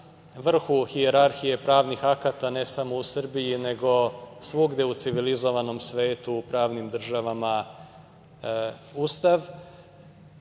vrhu hijerarhije pravnih akata ne samo u Srbiji, nego svugde u civilizovanom svetu u pravnim državama Ustav.